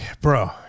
bro